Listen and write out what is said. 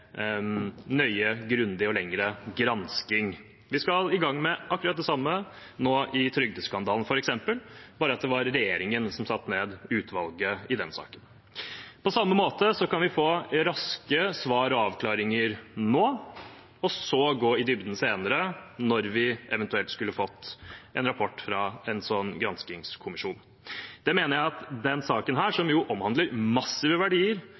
nøye, grundig og lengre gransking. Vi skal i gang med akkurat det samme nå i trygdeskandalen f.eks., bare at det var regjeringen som satte ned utvalget i den saken. På samme måte kan vi få raske svar og avklaringer nå, og så gå i dybden senere, når vi eventuelt skulle fått en rapport fra en slik granskingskommisjon. Det mener jeg at denne saken, som jo omhandler massive verdier